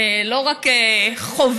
לא רק חובב,